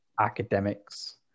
academics